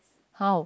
how